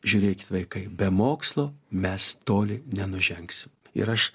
žiūrėkit vaikai be mokslo mes toli nenužengsim ir aš